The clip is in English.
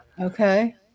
Okay